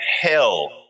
hell